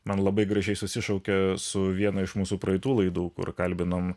man labai gražiai susišaukia su vienu iš mūsų praeitų laidų kur kalbinom